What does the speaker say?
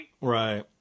Right